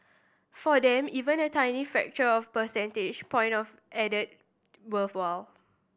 for them even a tiny fraction of a percentage point of added worthwhile